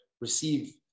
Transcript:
receive